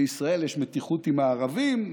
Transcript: בישראל יש מתיחות עם הערבים,